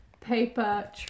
Paper